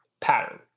pattern